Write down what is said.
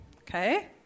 okay